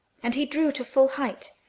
and he drew to full height,